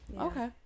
okay